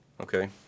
Okay